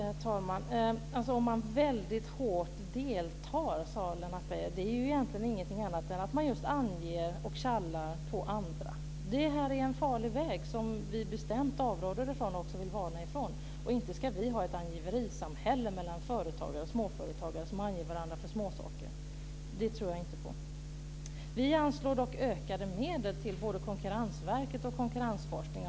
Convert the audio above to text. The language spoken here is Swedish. Herr talman! Om man "väldigt hårt deltar", sade Lennart Beijer. Det är egentligen inget annat än att man just anger och tjallar på andra. Det är en farlig väg som vi bestämt avråder från och vill varna för. Inte ska vi ha ett angiverisamhälle med företagare, småföretagare, som anger varandra för småsaker. Det tror jag inte på. Vi anslår dock ökade medel till både Konkurrensverket och konkurrensforskningen.